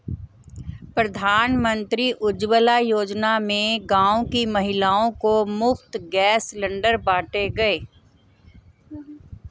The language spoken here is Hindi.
प्रधानमंत्री उज्जवला योजना में गांव की महिलाओं को मुफ्त गैस सिलेंडर बांटे गए